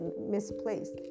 misplaced